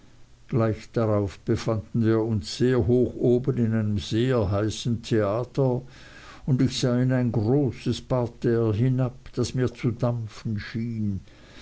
gleich darauf befanden wir uns sehr hoch oben in einem sehr heißen theater und ich sah in ein großes parterre hinab das mir zu dampfen schien